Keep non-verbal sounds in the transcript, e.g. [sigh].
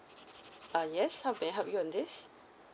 [noise] uh yes how may I help you on this